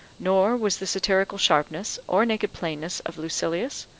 nor was the satirical sharpness or naked plainness of lucilius,